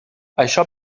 això